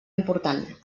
important